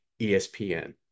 ESPN